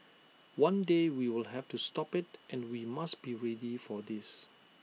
one day we will have to stop IT and we must be ready for this